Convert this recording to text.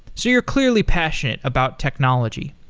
so you're clearly passionate about technology.